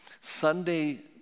Sunday